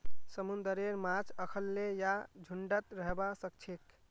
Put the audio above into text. समुंदरेर माछ अखल्लै या झुंडत रहबा सखछेक